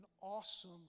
awesome